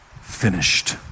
finished